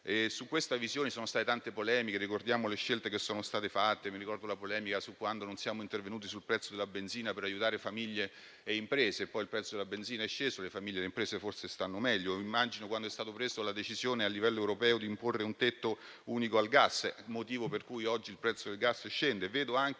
Su questa visione ci sono state tante polemiche, ricordiamo le scelte che sono state fatte. Ricordo la polemica su quando non siamo intervenuti sul prezzo della benzina per aiutare famiglie e imprese; poi, il prezzo della benzina è sceso e le famiglie e le imprese forse stanno meglio; o immagino quando è stata presa la decisione a livello europeo di imporre un tetto unico al gas, motivo per cui oggi il prezzo del gas scende. Vedo anche